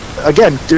again